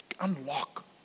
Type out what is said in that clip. unlock